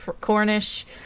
Cornish